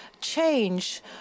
change